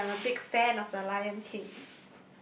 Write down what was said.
I see you are a big fan of the Lion King